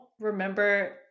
remember –